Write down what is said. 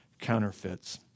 counterfeits